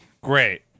Great